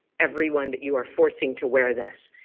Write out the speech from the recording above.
everyone that you are forcing to wear this.